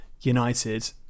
United